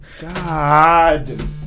God